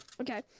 okay